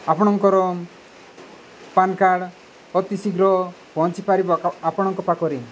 ଆପଣଙ୍କର PAN card ଅତିଶୀଘ୍ର ପହଞ୍ଚିପାରିବ ଆପଣଙ୍କ ପାଖରେ